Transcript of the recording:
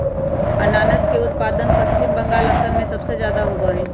अनानस के उत्पादन पश्चिम बंगाल, असम में सबसे ज्यादा होबा हई